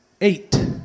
eight